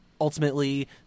Ultimately